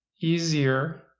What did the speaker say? easier